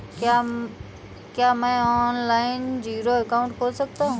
क्या मैं online zero account खोल सकता हूँ?